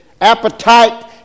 appetite